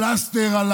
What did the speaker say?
פלסטר על